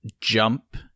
jump